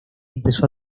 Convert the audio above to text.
empezó